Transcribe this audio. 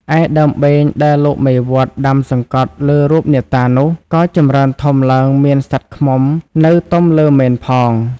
ឯដើមបេងដែលលោកមេវត្ត ដាំសង្កត់លើរូបអ្នកតានោះ ក៏ចម្រើនធំឡើងមានសត្វឃ្មុំនៅទំលើមែនផង ។